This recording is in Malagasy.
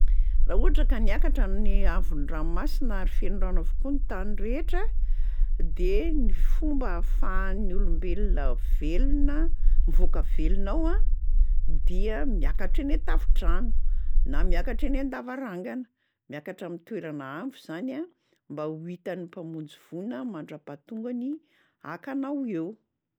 Raha ohatra ka niakatra ny haavon'ny ranomasina ary feno rano avokoa ny tany rehetra de ny fomba ahafahan'ny olombelona velona- mivoaka velona ao a dia miakatra eny an-tafon-trano, na miakatra eny an-davarangana. Miakatra am'toerana avo zany a mba ho hitan'ny mpamonjy voina mandrapahatongany haka anao eo.